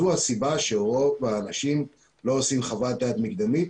זו הסיבה שרוב האנשים לא עושים חוות דעת מקדמית